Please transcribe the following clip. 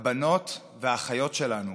הבנות והאחיות שלנו,